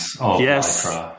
Yes